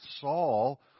Saul